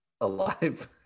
alive